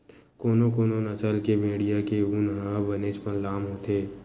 कोनो कोनो नसल के भेड़िया के ऊन ह बनेचपन लाम होथे